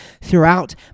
throughout